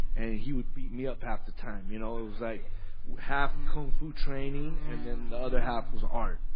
and he would beat me up half the time, you know. it was like half kung fu training, and then the other half was art.